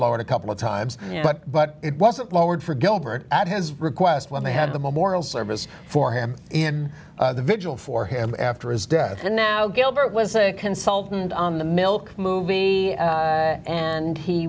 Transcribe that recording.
lowered a couple of times but it wasn't lowered for gilbert at his request when they had the memorial service for him and the vigil for him after his death and now gilbert was a consultant on the milk movie and he